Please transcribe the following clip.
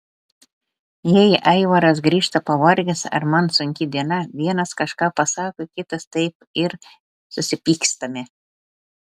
jei aivaras grįžta pavargęs ar man sunki diena vienas kažką pasako kitas taip ir susipykstame